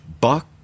Buck